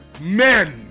Men